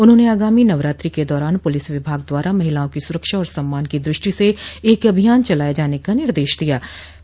उन्होंने आगामी नवरात्रि के दौरान पुलिस विभाग द्वारा महिलाओं की सुरक्षा और सम्मान की दृष्टि से एक अभियान चलाने जाने के निर्देश दिये